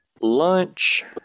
lunch